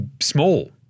small